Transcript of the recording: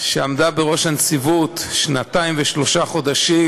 שעמדה בראש הנציבות שנתיים ושלושה חודשים,